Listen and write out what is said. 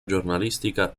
giornalistica